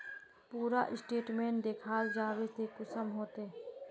पूरा स्टेटमेंट देखला चाहबे तो कुंसम होते?